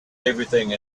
everything